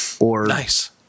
Nice